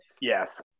yes